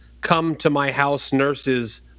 come-to-my-house-nurse's